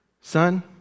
Son